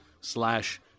slash